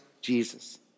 Jesus